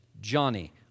Johnny